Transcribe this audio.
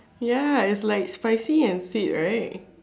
ya its like spicy and sweet right